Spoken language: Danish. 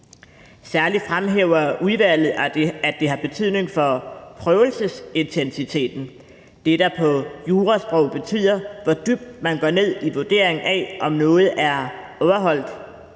Udvalget fremhæver særlig, at det har betydning for prøvelsesintensiteten; det er det, der på jurasprog betyder, hvor dybt man går ned i vurderingen af, om noget er overholdt.